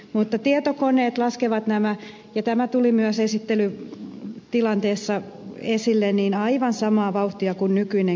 mutta tietokoneet laskevat äänet ja tämä tuli myös esittelytilanteessa esille aivan samaa vauhtia kuin nykyisessäkin järjestelmässä